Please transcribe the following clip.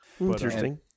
Interesting